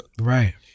Right